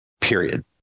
period